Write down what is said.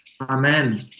Amen